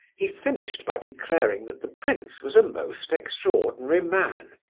he finished by declaring that the prince was a most extraordinary man,